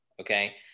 Okay